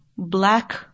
black